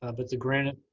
ah but the granted.